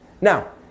Now